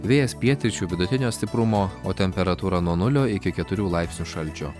vėjas pietryčių vidutinio stiprumo o temperatūra nuo nulio iki keturių laipsnių šalčio